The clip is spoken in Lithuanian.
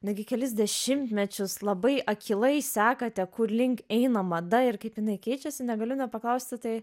netgi kelis dešimtmečius labai akylai sekate kur link eina mada ir kaip jinai keičiasi negaliu nepaklausti tai